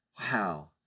wow